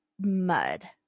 mud